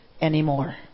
anymore